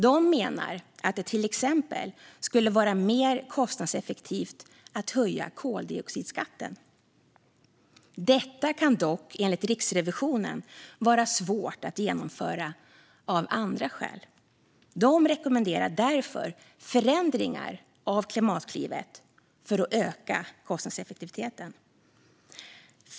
De menar att det till exempel skulle vara mer kostnadseffektivt att höja koldioxidskatten. Detta kan dock enligt Riksrevisionen vara svårt att genomföra av andra skäl. De rekommenderar därför förändringar av Klimatklivet som skulle öka kostnadseffektiviteten.